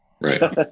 right